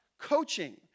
coaching